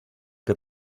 que